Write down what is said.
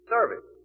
Service